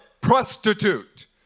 prostitute